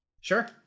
Sure